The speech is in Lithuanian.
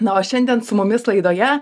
na o šiandien su mumis laidoje